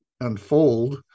unfold